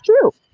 true